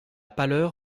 pâleur